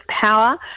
power